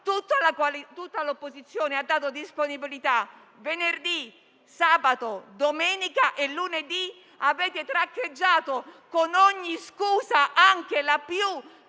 Tutta l'opposizione ha dato disponibilità per le giornate di venerdì, sabato, domenica e lunedì. Avete traccheggiato con ogni scusa, anche la più